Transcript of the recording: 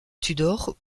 tudor